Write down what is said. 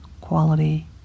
quality